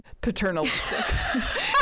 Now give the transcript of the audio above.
paternalistic